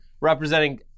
representing